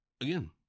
Again